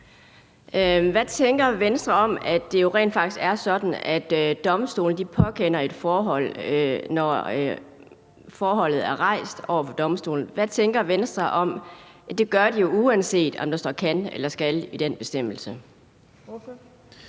faktisk er sådan, at domstolene påkender et forhold, når forholdet er rejst over for domstolen? Hvad tænker Venstre om, at de jo gør det, uanset om der står »kan« eller »skal« i den bestemmelse?